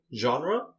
genre